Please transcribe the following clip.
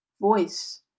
voice